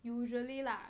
usually lah